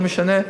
לא משנה,